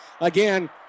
Again